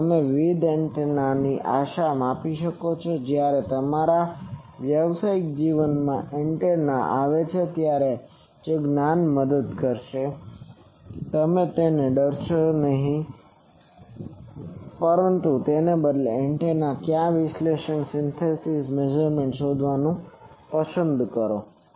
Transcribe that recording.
પણ તમે વિવિધ એન્ટેનાની આશાને માપી શકો છો કે જ્યારે પણ તમારા વ્યાવસાયિક જીવનમાં એન્ટેના આવે ત્યારે આ જ્ જ્ઞાન તમને મદદ કરશે તમે તેને ડરશો નહીં તેના બદલે તમે એન્ટેનાને ક્યાં તો વિશ્લેષણ સિન્થેસિસ મેઝરમેન્ટ વગેરે શોધવાનું પસંદ કરશો